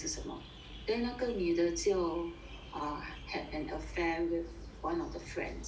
then 那个女的就 ah had an affair with one of the friends